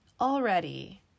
already